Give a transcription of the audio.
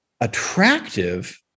attractive